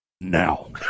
Now